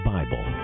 Bible